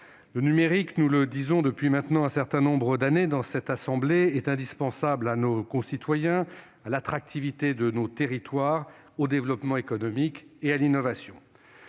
Le numérique, nous le disons depuis maintenant un certain nombre d'années dans cette assemblée, est indispensable à nos concitoyens, à l'attractivité de nos territoires, au développement économique et à l'innovation.